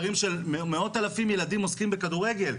מאות אלפי ילדים עוסקים בכדורגל.